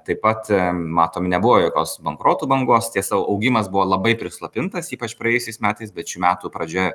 taip pat matom nebuvo jokios bankrotų bangos tiesa augimas buvo labai prislopintas ypač praėjusiais metais bet šių metų pradžia